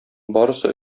барысы